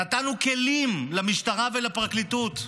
נתנו כלים למשטרה ולפרקליטות: